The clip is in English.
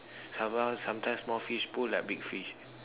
somet~ sometimes small fish pull like big fish